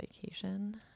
vacation